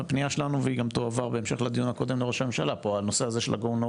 גם הפנייה שלנו תועבר בהמשך לדיון הקודם לראש הממשלה פה על נושא ה-GO NO